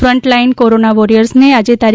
front line corona વોરિયર્સન આજે તા